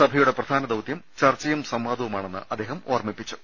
സഭയുടെ പ്രധാന ദൌത്യം ചർച്ചയും സംവാദവുമാണെന്ന് അദ്ദേഹം ഓർമ്മിപ്പിച്ചു